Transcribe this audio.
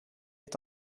est